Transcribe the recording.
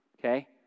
okay